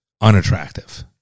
Unattractive